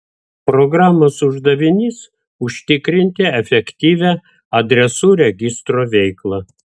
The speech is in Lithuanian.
programos uždavinys užtikrinti efektyvią adresų registro veiklą